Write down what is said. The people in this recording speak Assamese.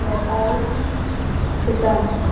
নেপাল ভূটান